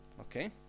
Okay